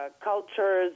cultures